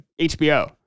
HBO